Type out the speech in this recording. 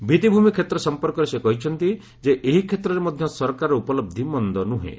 ଭିଭିଭୂମି କ୍ଷେତ୍ର ସମ୍ପର୍କରେ ସେ କହିଛନ୍ତି ଯେ ଏହି କ୍ଷେତ୍ରରେ ମଧ୍ୟ ସରକାରର ଉପଲହି ମନ୍ଦ ନୁହେଁ